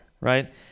right